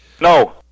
No